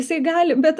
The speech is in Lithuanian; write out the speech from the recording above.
jisai gali bet